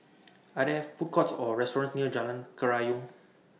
Are There Food Courts Or restaurants near Jalan Kerayong